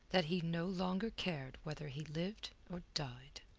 that he no longer cared whether he lived or died.